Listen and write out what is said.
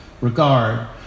regard